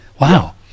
Wow